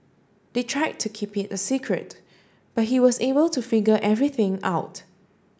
they tried to keep it a secret but he was able to figure everything out